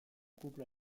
couple